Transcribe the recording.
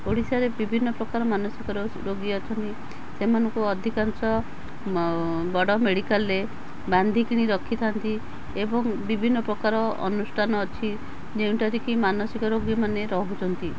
ଓଡ଼ିଶାରେ ବିଭିନ୍ନ ପ୍ରକାର ମାନସିକ ରୋଗୀ ଅଛନ୍ତି ସେମାନଙ୍କୁ ଅଧିକାଂଶ ବଡ଼ ମେଡ଼ିକାଲ୍ରେ ବାନ୍ଧିକିଣି ରଖିଥାଆନ୍ତି ଏବଂ ବିଭିନ୍ନ ପ୍ରକାର ଅନୁଷ୍ଠାନ ଅଛି ଯେଉଁଠାରେ କି ମାନସିକ ରୋଗୀମାନେ ରହୁଛନ୍ତି